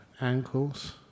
ankles